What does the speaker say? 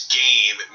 game